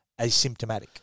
asymptomatic